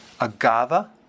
agava